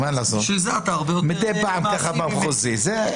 מדי פעם במחוזי.